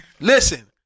Listen